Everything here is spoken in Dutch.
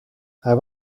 hij